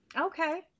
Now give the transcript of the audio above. okay